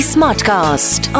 Smartcast